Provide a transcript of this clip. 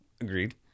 Agreed